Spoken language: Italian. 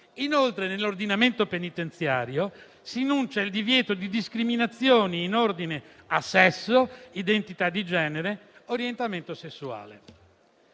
Inoltre, nell'ordinamento penitenziario si enuncia il divieto di discriminazioni in ordine a sesso, identità di genere, orientamento sessuale.